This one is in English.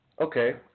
okay